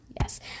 yes